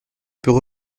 peut